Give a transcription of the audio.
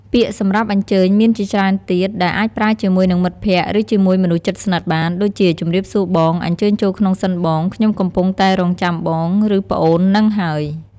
ពាក្យសម្រាប់អញ្ជើញមានជាច្រើនទៀត ដែលអាចប្រើជាមួយនឹងមិត្តភក្តិ ឬជាមួយមនុស្សជិតស្និតបាន ដូចជា ជម្រាបសួរបង អញ្ជើញចូលក្នុងសិនបង! ខ្ញុំកំពុងតែរង់ចាំបង ឬប្អូនហ្នឹងហើយ!។